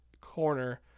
corner